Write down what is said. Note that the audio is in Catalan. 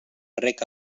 reg